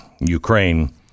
Ukraine